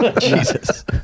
Jesus